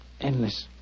endless